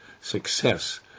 success